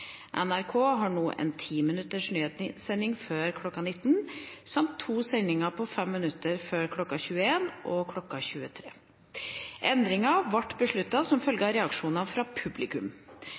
NRK har nå en ti minutters nyhetssending før kl. 19 samt to sendinger på fem minutter før kl. 21 og kl. 23. Endringen ble besluttet som følge av reaksjoner fra publikum.